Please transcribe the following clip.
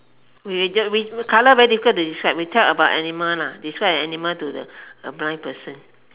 we we we colour very difficult to describe we tell about animal lah describe an animal to the a blind person